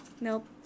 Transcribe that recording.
nope